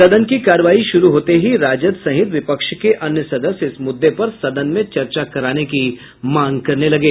सदन की कार्यवाही शुरू होते ही राजद सहित विपक्ष के अन्य सदस्य इस मुद्दे पर सदन में चर्चा कराने की मांग करने लगे